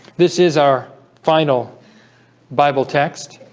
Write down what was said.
this is our final bible text